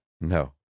No